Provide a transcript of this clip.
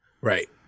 Right